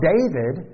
David